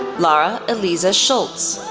laura elise ah schulz,